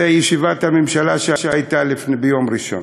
הוא ישיבת הממשלה שהייתה ביום ראשון.